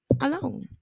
alone